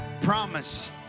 promise